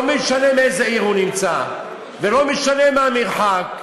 לא משנה מאיזו עיר הוא בא ולא משנה מה המרחק.